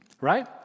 Right